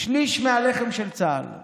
שליש מהלחם של צה"ל.